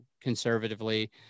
conservatively